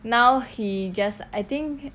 now he just I think